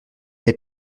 les